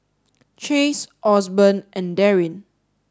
Chase Osborn and Darryn